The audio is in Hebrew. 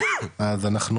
אז אנחנו,